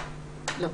לא.